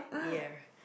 ya